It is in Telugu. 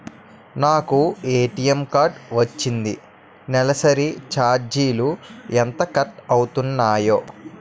నాకు ఏ.టీ.ఎం కార్డ్ వచ్చింది నెలసరి ఛార్జీలు ఎంత కట్ అవ్తున్నాయి?